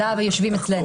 לה"ב יושבים אצלנו.